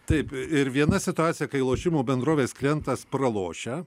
taip ir viena situacija kai lošimų bendrovės klientas pralošia